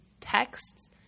texts